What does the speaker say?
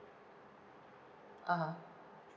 (uh huh)